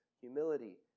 humility